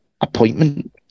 appointment